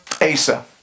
Asa